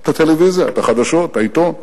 את הטלוויזיה, את החדשות, את העיתון.